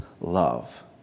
love